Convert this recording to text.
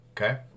Okay